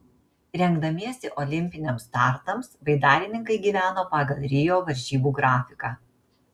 rengdamiesi olimpiniams startams baidarininkai gyveno pagal rio varžybų grafiką